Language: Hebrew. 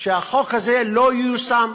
שהחוק הזה לא ייושם.